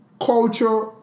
culture